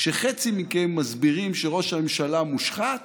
כשחצי מכם מסבירים שראש הממשלה מושחת